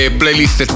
playlist